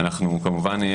כמובן,